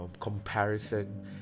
comparison